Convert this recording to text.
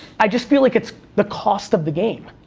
i just feel like it's the cost of the game.